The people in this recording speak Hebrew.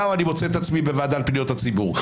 או שאני מוצא את עצמי בוועדה לפניות הציבור?